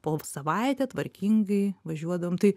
po savaitę tvarkingai važiuodavom tai